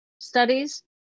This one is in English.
studies